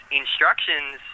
instructions